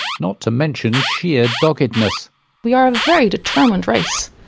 not to mention sheer doggedness we are a very determined race.